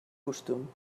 costum